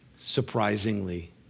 Surprisingly